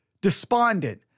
despondent